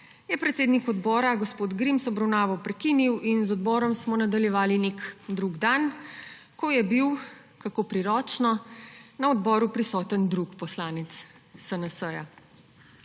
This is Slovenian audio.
je predsednik odbora gospod Grims obravnavo prekinil in sejo odbora smo nadaljevali nek drug dan, ko je bil, kako priročno, na seji odbora prisoten drug poslanec SNS.